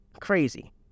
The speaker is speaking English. Crazy